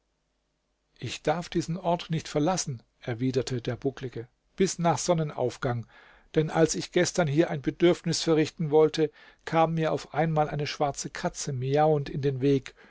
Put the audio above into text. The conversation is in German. ich darf diesen ort nicht verlassen erwiderte der bucklige bis nach sonnenaufgang denn als ich gestern hier ein bedürfnis verrichten wollte kam mir auf einmal eine schwarze katze miauend in den weg